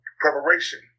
preparation